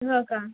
हो का